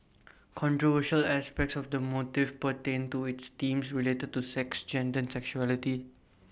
controversial aspects of the motive pertained to its themes related to sex gender sexuality